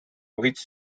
which